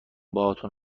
باهاتون